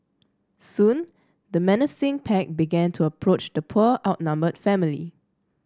soon the menacing pack began to approach the poor outnumbered family